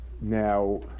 Now